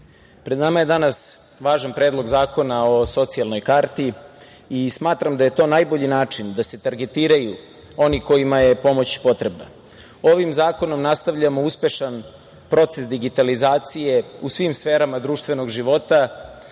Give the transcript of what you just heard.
pred nama je danas važan Predlog zakona o socijalnoj karti i smatram da je to najbolji način da se targetiraju oni kojima je pomoć potrebna. Ovim zakonom nastavljamo uspešan proces digitalizacije u svim sferama društvenog života